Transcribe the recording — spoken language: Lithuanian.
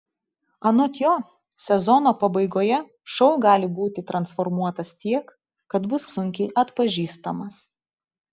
anot jo sezono pabaigoje šou gali būti transformuotas tiek kad bus sunkiai atpažįstamas